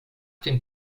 dem